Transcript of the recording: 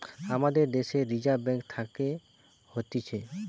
আমাদের দ্যাশের Reserve Bank থাকে হতিছে